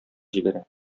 җибәрә